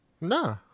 Nah